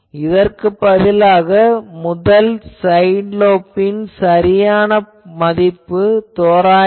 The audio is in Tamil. இதற்குப் பதிலாக முதல் சைடு லோப்பின் சரியான மதிப்பு தோராயமாக